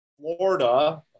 Florida